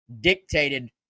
dictated